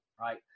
Right